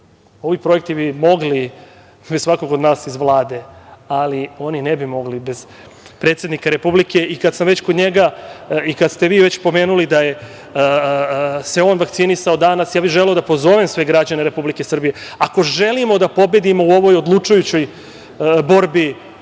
ovi projekti bi mogli bez svakog od nas iz Vlade, ali oni ne bi mogli bez predsednika Republike. I, kada sam već kod njega i kada ste vi već pomenuli da se on vakcinisao danas, ja bih želeo da pozovem sve građane Republike Srbije, ako želimo da pobedimo u ovoj odlučujućoj borbi